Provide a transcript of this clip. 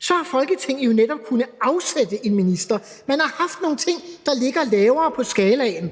Så har Folketinget jo netop kunnet afsætte en minister. Man har haft nogle ting, der ligger lavere på skalaen,